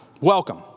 Welcome